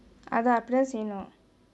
அதா அப்டிதா செய்யனும்:athaa apdithaa seiyanum